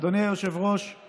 אדוני היושב-ראש, היא